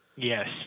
Yes